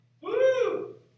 Woo